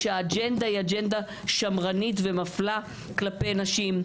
כשהאג'נדה היא אג'נדה שמרנית ומפלה כלפי נשים,